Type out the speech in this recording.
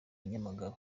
nyamagabe